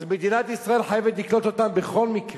אז מדינת ישראל חייבת לקלוט אותם בכל מקרה,